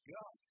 God